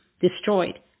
destroyed